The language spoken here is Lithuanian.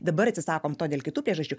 dabar atsisakom to dėl kitų priežasčių